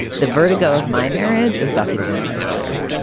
the vertigo of my marriage as buffy the vampire slayer.